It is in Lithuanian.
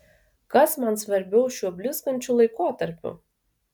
kas man svarbiau šiuo blizgančiu laikotarpiu